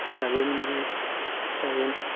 train भी train